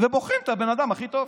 ובוחן את הבן אדם הכי טוב.